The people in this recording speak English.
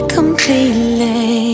Completely